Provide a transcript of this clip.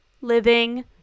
living